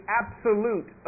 absolute